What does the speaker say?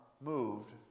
moved